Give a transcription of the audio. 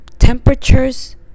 Temperatures